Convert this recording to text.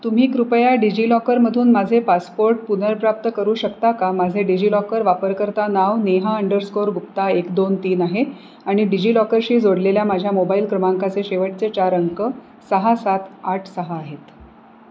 तुम्ही कृपया डिजिलॉकरमधून माझे पासपोर्ट पुनर्प्राप्त करू शकता का माझे डिजिलॉकर वापरकर्ता नाव नेहा अंडरस्कोअर गुप्ता एक दोन तीन आहे आणि डिजिलॉकरशी जोडलेल्या माझ्या मोबाईल क्रमांकाचे शेवटचे चार अंक सहा सात आठ सहा आहेत